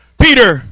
Peter